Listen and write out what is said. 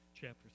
chapter